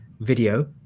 video